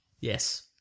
Yes